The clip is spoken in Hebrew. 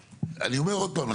אני אומר עוד פעם,